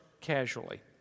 casually